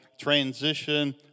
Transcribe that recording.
transition